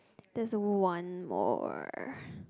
there's one more